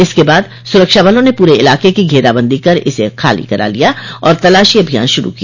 इसके बाद सुरक्षाबलों ने पूरे इलाके की घेराबंदी कर इसे खाली करा लिया और तलाशी अभियान शुरू किया